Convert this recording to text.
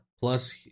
plus